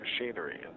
machinery